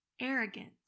arrogant